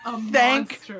Thank